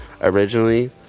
originally